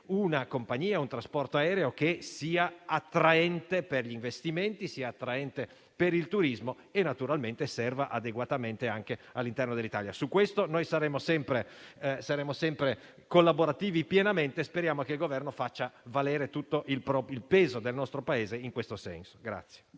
una compagnia, un trasporto aereo che sia attraente per gli investimenti, per il turismo e che naturalmente serva adeguatamente anche all'interno dell'Italia. Su questo noi saremo sempre pienamente collaborativi e speriamo che il Governo faccia valere tutto il peso del nostro Paese in questo senso.